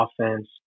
offense